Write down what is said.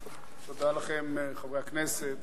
תודה, תודה לכם, חברי הכנסת